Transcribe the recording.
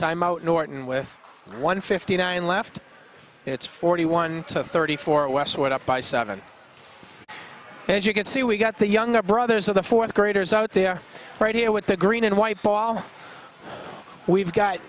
timeout norton with one fifty nine left it's forty one to thirty four westwood up by seven as you can see we got the younger brothers of the fourth graders out there right here with the green and white ball we've got